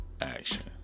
action